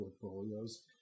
portfolios